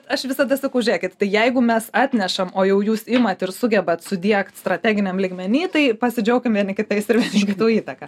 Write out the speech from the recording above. aš visada sakau žiūrėkit tai jeigu mes atnešam o jau jūs imat ir sugebat sudiegt strateginiam lygmeny tai pasidžiaukim vieni kitais ir vieni kitų įtaka